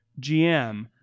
GM